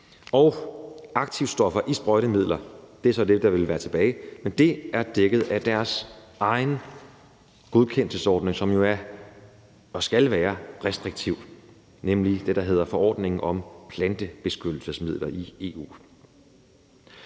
være tilbage, men det er dækket af deres egen godkendelsesordning, som jo er og skal være restriktiv, nemlig det, der hedder forordningen om plantebeskyttelsesmidler i EU.